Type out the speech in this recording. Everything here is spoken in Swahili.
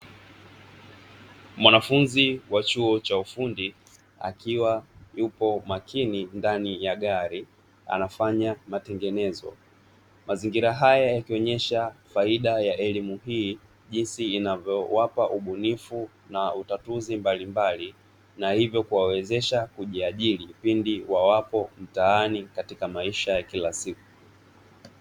Mwanafunzi wa chuo cha ufundi, akiwa yupo makini ndani ya gari anafanya matengenezo. Mazingira haya yakionyesha faida ya elimu hii; jinsi inavyowapa ubunifu na utatuzi mbalimbali na hivyo kuwawezesha kujiajiri pindi wawapo mtaani katika maisha ya kila siku.